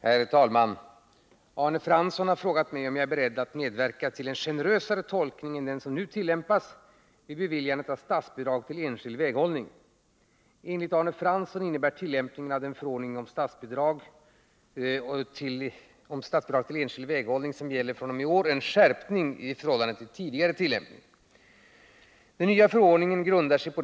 Herr talman! Arne Fransson har frågat mig om jag är beredd att medvernaa till en generösare tolkning än den som nu tillämpas vid beviljandet av statsbidrag till enskild väghållning. Enligt Arne Fransson innebär tillämpningen av den förordning om statsbidrag till enskild väghållning som gäller fr.o.m. i år en skärpning i förhållande till tidigare tillämpning.